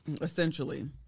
Essentially